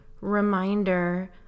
reminder